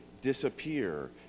disappear